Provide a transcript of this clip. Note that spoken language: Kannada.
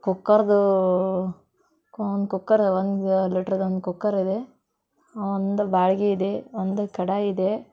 ಕುಕ್ಕರ್ದು ಒಂದು ಕುಕ್ಕರ್ ಒಂದು ಲೀಟ್ರದ್ದು ಒಂದು ಕುಕ್ಕರಿದೆ ಒಂದು ಬಾಳ್ಗೆ ಇದೆ ಒಂದು ಕಡಾಯಿ ಇದೆ